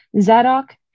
Zadok